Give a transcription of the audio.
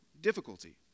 difficulty